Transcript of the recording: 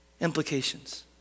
Implications